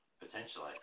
potentially